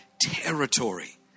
territory